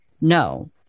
No